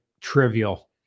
trivial